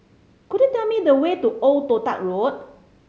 could you tell me the way to Old Toh Tuck Road